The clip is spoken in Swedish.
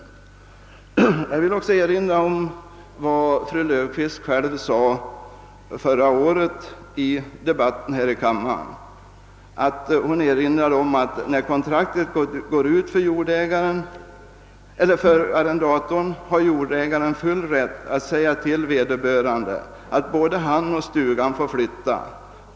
Vidare vill jag erinra om vad fru Löfqvist sade i debatten här i kammaren förra året, nämligen följande: »När kontraktet går ut har jordägaren full rätt att säga till vederbörande att både han och stugan får flytta.